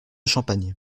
champagne